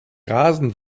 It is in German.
rasen